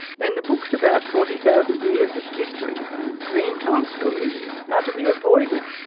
then the books about forty thousand years of history and dreamtime stories are to be avoided.